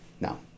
Now